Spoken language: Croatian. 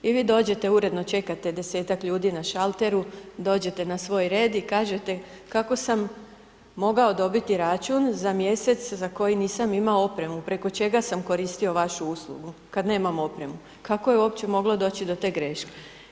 I vi dođete uredno, čekate 10-tak ljudi na šalteru, dođete na svoj red i kažete kako sam mogao dobiti račun za mjesec za koji nisam imao opremu, preko čega sam koristio vašu uslugu kad nemam opremu, kako je uopće moglo doći do te greške?